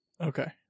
Okay